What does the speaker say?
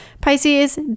Pisces